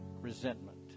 resentment